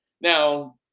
Now